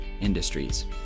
industries